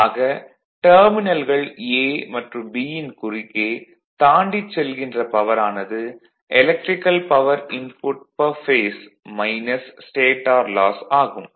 ஆக டெர்மினல்கள் a மற்றும் b யின் குறுக்கே தாண்டிச் செல்கின்ற பவர் ஆனது electrical power input per phase stator loss ஆகும்